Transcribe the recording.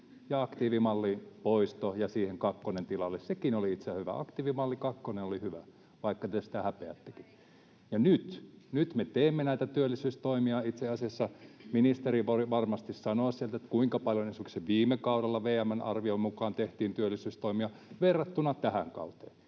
aktiivimallin poisto ja siihen kakkonen tilalle — sekin oli itse asiassa hyvä. Aktiivimalli kakkonen oli hyvä, vaikka te sitä häpeättekin. [Piritta Rantanen: Tehtiinkö vai eikö tehty?] Nyt me teemme näitä työllisyystoimia. Itse asiassa ministeri varmasti sanoo sieltä, kuinka paljon esimerkiksi viime kaudella VM:n arvion mukaan tehtiin työllisyystoimia verrattuna tähän kauteen.